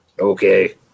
Okay